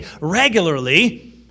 regularly